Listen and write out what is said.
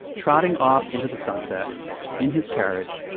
trotting off into the sunset in his carriage,